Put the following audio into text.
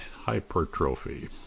hypertrophy